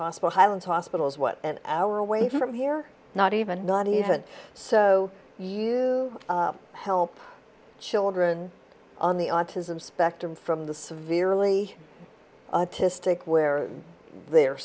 hostile highland hospital is what an hour away from here not even not even so you help children on the autism spectrum from the severely autistic where they're